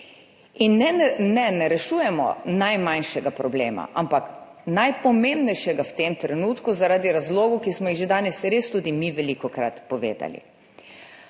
In ne, ne rešujemo najmanjšega problema, ampak najpomembnejšega v tem trenutku, zaradi razlogov, ki smo jih že danes res tudi mi velikokrat podali.